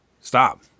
Stop